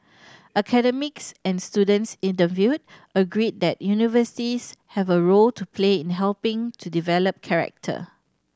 academics and students interviewed agreed that universities have a role to play in helping to develop character